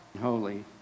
holy